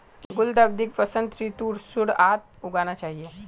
गुलाउदीक वसंत ऋतुर शुरुआत्त उगाना चाहिऐ